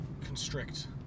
constrict